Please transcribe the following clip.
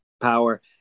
power